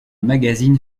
magazine